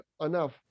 enough